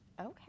Okay